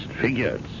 figures